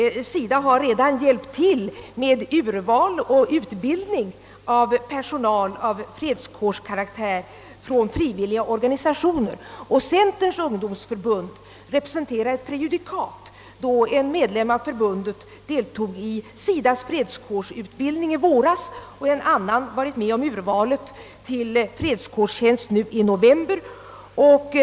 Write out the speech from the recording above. SIDA har dock redan hjälpt till med urval och utbildning av personal med fredskårsinriktning från frivilliga organisationer. Centerns ungdomsförbund representerar därvidlag ett prejudikat eftersom en medlem av förbundet deltog i SIDA:s fredskårsutbildning i våras och en annan varit med om urvalet till fredskårstjänst nu i november.